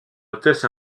hôtesse